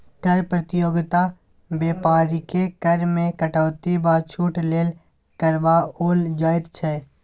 कर प्रतियोगिता बेपारीकेँ कर मे कटौती वा छूट लेल करबाओल जाइत छै